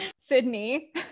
sydney